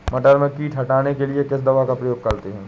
मटर में कीट हटाने के लिए किस दवा का प्रयोग करते हैं?